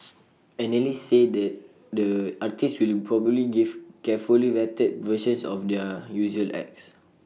analysts say the artists will probably give carefully vetted versions of their usual acts